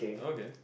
okay